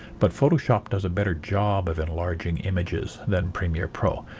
but photoshop does a better job of enlarging images than premier pro.